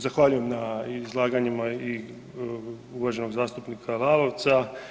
Zahvaljujem na izlaganjima i uvaženog zastupnika Lalovca.